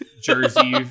jersey